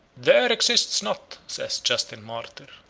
there exists not, says justin martyr,